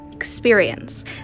experience